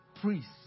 Priests